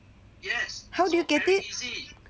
how do you get it